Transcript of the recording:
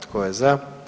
Tko je za?